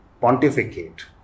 pontificate